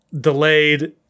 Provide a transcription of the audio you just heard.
delayed